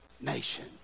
nation